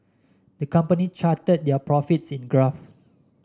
the company charted their profits in a graph